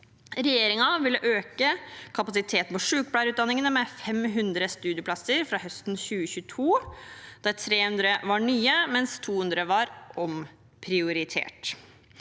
Regjeringen ville øke kapasiteten på sykepleierutdanningene med 500 studieplasser fra høsten 2022, der 300 var nye, mens 200 var omprioritert.